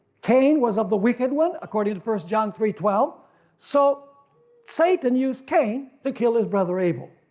cain was of the wicked one according to first john three twelve so satan use cain to kill his brother abel,